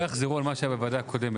שלא יחזרו על מה שהיה בוועדה הקודמת.